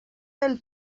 del